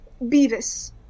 Beavis